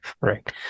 right